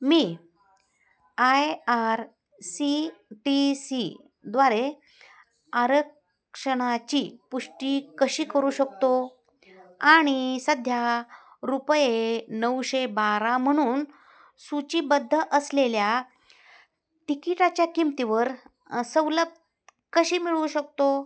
me I R C T C द्वारे आरक्षणाची पुष्टी कशी करू शकतो आणि सध्या रुपये नऊशे बारा म्हणू न सूचीबद्ध असलेल्या तिकिटाच्या किमतीवर सवलत कशी मिळवू शकतो